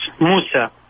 Musa